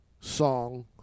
song